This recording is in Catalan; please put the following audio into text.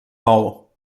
maó